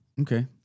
Okay